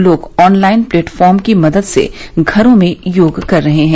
लोग online platform की मदद से घरो में योग कर रहे हैं